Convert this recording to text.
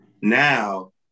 now